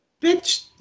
bitch